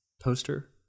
poster